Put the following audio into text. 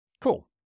Cool